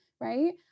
right